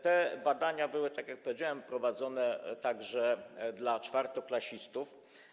Te badania były, tak jak powiedziałem, prowadzone także dla czwartoklasistów.